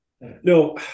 No